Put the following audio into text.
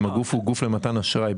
אם הגוף הוא גוף למתן אשראי.